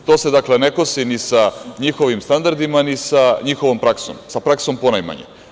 To se ne kosi ni sa njihovim standardima ni sa njihovom praksom, sa praksom ponajmanje.